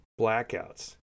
blackouts